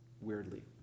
weirdly